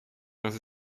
das